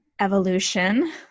evolution